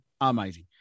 Amazing